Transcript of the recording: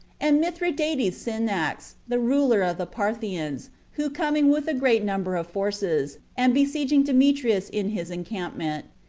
and mithridates sinax, the ruler of the parthians, who coming with a great number of forces, and besieging demetrius in his encampment,